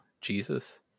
Jesus